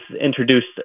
introduced